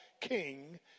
King